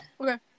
Okay